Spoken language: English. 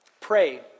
pray